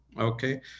okay